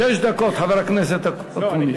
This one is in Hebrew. שש דקות, חבר הכנסת אקוניס.